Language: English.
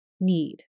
need